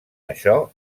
això